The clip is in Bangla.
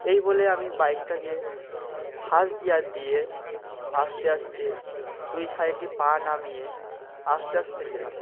এই বলে আমি বাইকটাকে ফার্স্ট গিয়ার দিয়ে আস্তে আস্তে দুই সাইডে পা নামিয়ে আস্তে আস্তে গেলাম